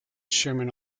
sherman